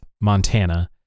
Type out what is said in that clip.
Montana